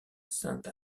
sainte